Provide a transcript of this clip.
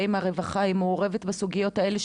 והאם הרווחה מעורבת בסוגיות האלה.